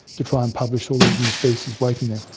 to try and publish all those new species waiting there.